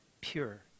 pure